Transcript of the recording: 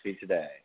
today